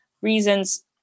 reasons